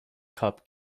cup